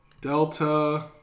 Delta